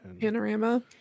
panorama